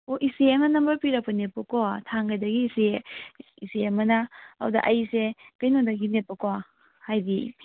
ꯑꯣ ꯏꯆꯦ ꯑꯃꯅ ꯅꯝꯕꯔ ꯄꯤꯔꯛꯄꯅꯦꯕꯀꯣ ꯊꯥꯡꯒꯗꯒꯤ ꯏꯆꯦ ꯏꯆꯦ ꯑꯃꯅ ꯑꯗꯨꯗ ꯑꯩꯁꯦ ꯀꯩꯅꯣꯗꯒꯤꯅꯦꯕꯀꯣ ꯍꯥꯏꯗꯤ